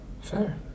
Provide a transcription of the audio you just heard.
Fair